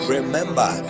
Remember